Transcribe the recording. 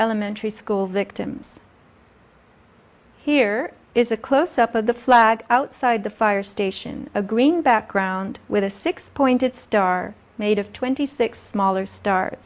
elementary school victims here is a closeup of the flag outside the fire station a green background with a six pointed star made of twenty six smaller star